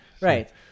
Right